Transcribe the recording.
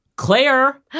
Claire